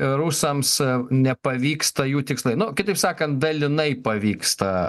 rusams nepavyksta jų tikslai nu kitaip sakant dalinai pavyksta